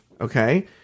okay